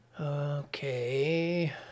Okay